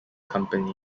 company